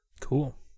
cool